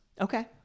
Okay